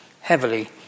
heavily